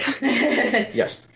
Yes